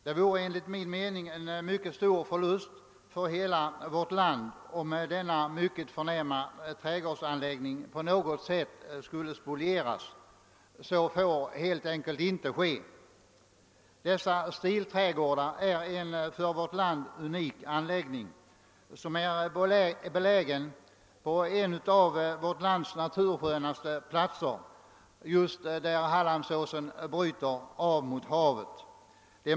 Det vore enligt min mening en mycket stor förlust för hela vårt land, om denna mycket förnämliga trädgårdsanläggning på något sätt skulle spolieras. Så får helt enkelt inte ske. Dessa stilträdgårdar är en för vårt land unik anläggning, belägen på en av vårt lands naturskönaste platser just där Hallandsåsen bryter av mot havet.